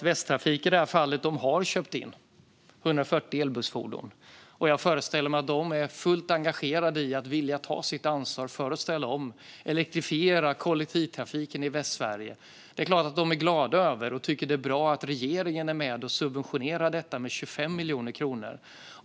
Västtrafik har ju köpt in 140 elbussfordon, och jag föreställer mig att de är fullt engagerade i att vilja ta sitt ansvar för att ställa om och elektrifiera kollektivtrafiken i Västsverige. Det är klart att de är glada över och tycker att det är bra att regeringen är med och subventionerar detta med 25 miljoner kronor.